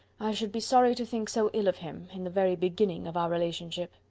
i should be sorry to think so ill of him, in the very beginning of our relationship.